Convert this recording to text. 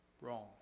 Wrong